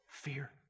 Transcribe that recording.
fear